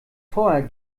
vorher